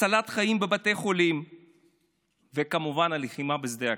הצלת חיים בבתי חולים וכמובן, הלחימה בשדה הקרב.